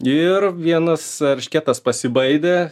ir vienas eršketas pasibaidė